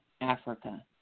Africa